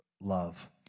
love